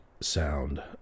sound